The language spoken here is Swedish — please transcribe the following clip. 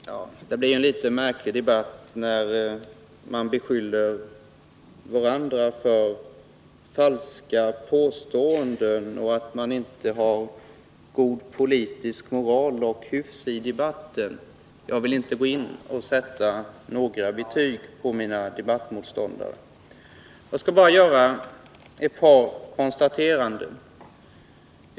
Herr talman! Det blir en litet märklig debatt när man beskyller varandra för falska påståenden och för att inte ha god politisk moral och hyfs i debatten. Jag vill inte gå in och sätta några betyg på mina debattmotståndare. Jag skall bara göra ett par konstateranden.